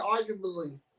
arguably